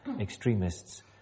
extremists